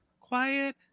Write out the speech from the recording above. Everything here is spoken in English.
quiet